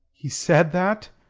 he said that!